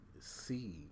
See